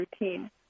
routine